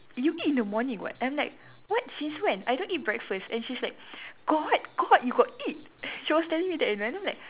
you eat in the morning [what] I'm like what since when I don't eat breakfast and she's like got got you got eat she was telling me that and then I'm like